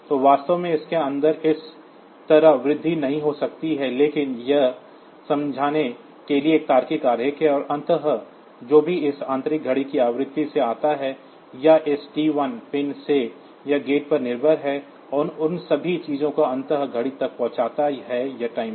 तो वास्तव में इसके अंदर इस तरह वृद्धि नहीं हो सकती है लेकिन यह समझने के लिए एक तार्किक आरेख है और अंततः जो भी इस आंतरिक घड़ी की आवृत्ति से आता है या इस T1 पिन से यह गेट पर निर्भर है और उन सभी चीजों को अंततः घड़ी तक पहुंचता है यह टाइमर